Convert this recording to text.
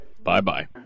Bye-bye